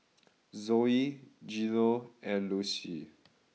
Zoey Geno and Lucie